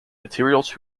materials